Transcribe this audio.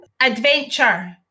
adventure